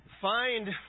find